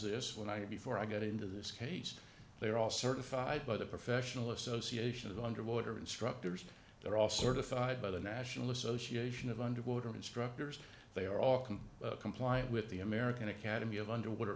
this when i before i got into this case they are all certified by the professional association of underwater instructors they're all certified by the national association of underwater instructors they are often compliant with the american academy of underwater